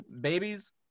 Babies